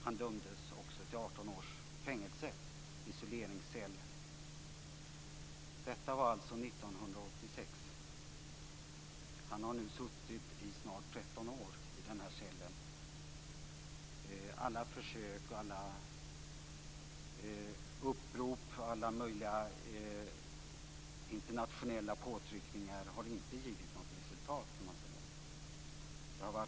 Han dömdes också till 18 års fängelse i isoleringscell. Detta var alltså 1986. Han har nu suttit i den där cellen i snart 13 år. Alla försök, alla upprop och alla möjliga internationella påtryckningar, har inte givit något resultat kan man säga.